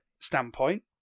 standpoint